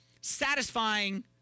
satisfying